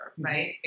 right